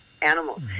animals